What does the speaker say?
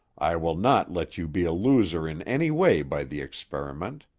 i will not let you be a loser in any way by the experiment.